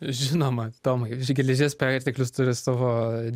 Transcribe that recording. žinoma tomai geležies perteklius turi savo